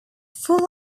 full